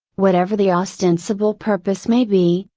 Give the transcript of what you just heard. whatever the ostensible purpose may be,